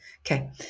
Okay